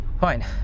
fine